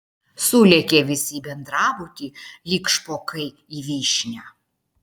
sulėkė visi į bendrabutį lyg špokai į vyšnią